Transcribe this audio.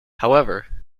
however